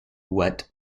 wet